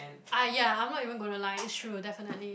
ah ya I'm not even gonna lie it's true definitely